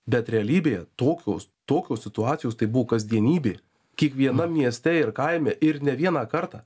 bet realybėje tokios tokios situacijos tai buvo kasdienybė kiekvienam mieste ir kaime ir ne vieną kartą